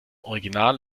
original